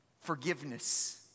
forgiveness